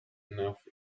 enough